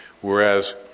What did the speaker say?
Whereas